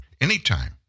Anytime